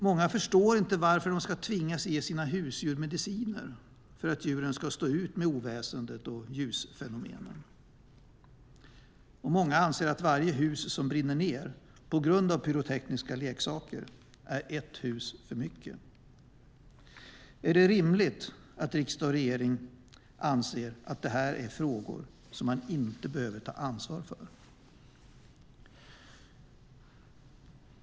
Många förstår inte varför de ska tvingas ge sina husdjur mediciner för att djuren ska stå ut med oväsendet och ljusfenomenen. Många anser att varje hus som brinner ned på grund av pyrotekniska leksaker är ett hus för mycket. Är det rimligt att riksdag och regering anser att detta är frågor som man inte behöver ta ansvar för?